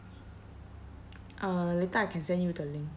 uh later I can send you the link